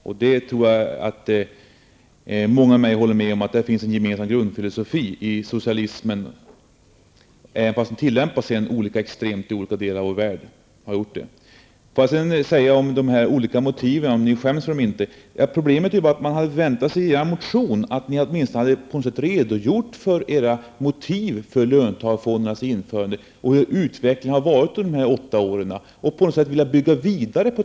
Många håller säkert med mig om att det finns en sådan grundfilosofi i socialismen, även om den har tillämpats olika extremt i skilda delar av vår värld. Jag frågade om ni skämdes för de sex olika motiven vid införandet av löntagarfonderna. Man hade väntat sig att ni i er motion åtminstone skulle ha redogjort för motiven till löntagarfondernas införande och för hur utvecklingen har varit under de senaste åtta åren.